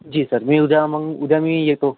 जी sir मी उद्या मग उद्या मी येतो